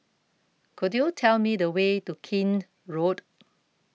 Could YOU Tell Me The Way to Keene Road